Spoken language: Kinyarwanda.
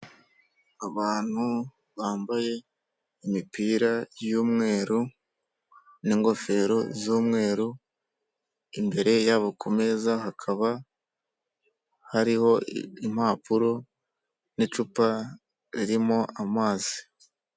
Abantu bambaye imipira y'umweru n'ingofero z'umweru, imbere yabo ku meza hakaba hariho impapuro n'icupa ririmo amazi.